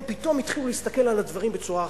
הם פתאום התחילו להסתכל על הדברים בצורה אחרת.